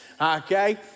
okay